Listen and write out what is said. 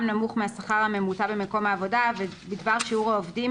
נמוך מהשכר הממוצע במקום העבודה וכן בדבר שיעור העובדים